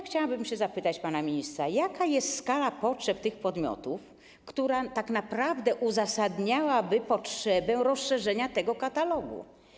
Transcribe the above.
Chciałabym zapytać pana ministra, jaka jest skala potrzeb tych podmiotów i czy tak naprawdę uzasadnia ona potrzebę rozszerzenia tego katalogu.